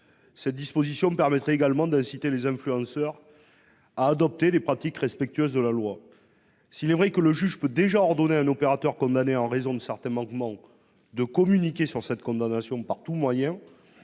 Cette disposition permettrait également d'inciter les influenceurs à adopter des pratiques respectueuses de la loi. S'il est vrai que le juge peut déjà ordonner à un opérateur condamné en raison de certains manquements de communiquer sur cette condamnation par tout moyen,